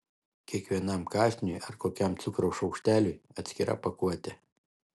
kiekvienam kąsniui ar kokiam cukraus šaukšteliui atskira pakuotė